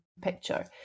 picture